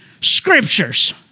scriptures